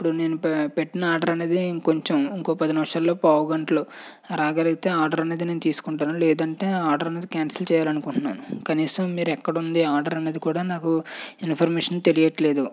ఇప్పుడు నేను పెట్టిన ఆర్డర్ అన్నది ఇంకొంచెం ఇంకో పది నిమిషాల్లో పావు గంటలో రాగలిగితే ఆర్డర్ అనేది నేనూ తీసుకుంటాను లేదంటే ఆర్డర్ అనేది క్యాన్సిల్ చేయాలనుకుంటున్నాను కనీసం మీరు ఎక్కడుంది ఆర్డర్ అన్నది కూడా నాకు ఇన్ఫర్మేషన్ తెలియట్లేదు